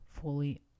fully